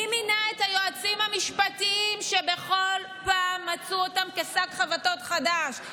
מי מינה את היועצים המשפטיים שבכל פעם מצאו אותם כשק חבטות חדש?